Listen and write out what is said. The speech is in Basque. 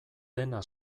dena